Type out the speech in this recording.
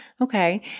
Okay